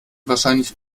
wahrscheinlich